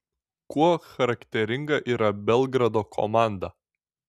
kuo charakteringa yra belgrado komanda